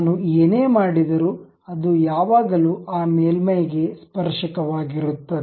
ನಾನು ಏನೇ ಮಾಡಿದರೂ ಅದು ಯಾವಾಗಲೂ ಆ ಮೇಲ್ಮೈಗೆ ಸ್ಪರ್ಶಕ ವಾಗಿರುತ್ತದೆ